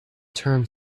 term